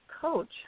coach